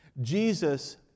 Jesus